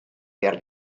behar